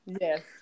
Yes